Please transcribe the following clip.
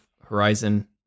horizon